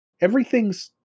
Everything's